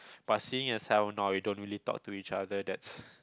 but seeing as how now we don't really talk to each other that's